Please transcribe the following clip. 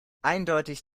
eindeutig